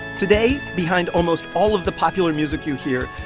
today, behind almost all of the popular music you hear,